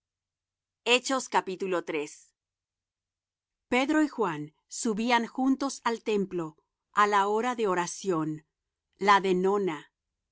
de ser salvos pedro y juan subían juntos al templo á la hora de oración la de nona